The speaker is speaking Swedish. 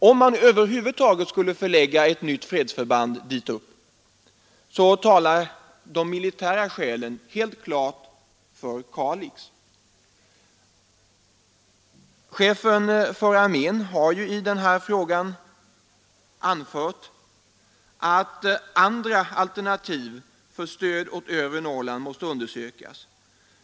Om man över huvud taget skulle förlägga ett nytt fredsförband dit upp, så talar de militära skälen klart för Kalix. Chefen för armén har i den här frågan anfört följande: ”Andra alternativ för stöd åt övre Norrland måste undersökas.